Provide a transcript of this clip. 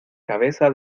cabeza